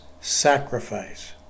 sacrifice